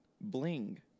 bling